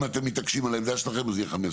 אם אתם מתעקשים על העמדה שלכם אז זה יהיה 15,